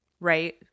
right